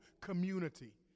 community